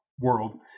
world